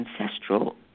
ancestral